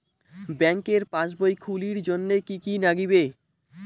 ব্যাঙ্কের পাসবই খুলির জন্যে কি কি নাগিবে?